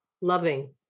loving